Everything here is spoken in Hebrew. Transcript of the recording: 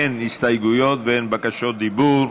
אין הסתייגויות ואין בקשות דיבור.